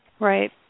Right